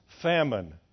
famine